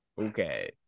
okay